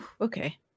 okay